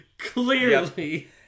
clearly